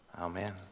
Amen